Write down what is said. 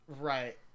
right